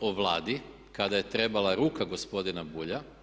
o Vladi, kada je trebala ruka gospodina Bulja.